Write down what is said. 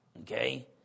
Okay